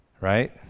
right